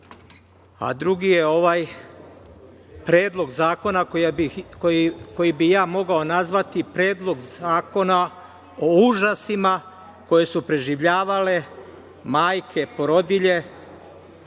a drugi je ovaj predlog zakona koji bih ja mogao nazvati predlog zakona o užasima koje su preživljavale majke, porodilje,